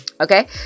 Okay